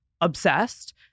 obsessed